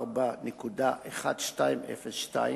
הנחיה 4.1202,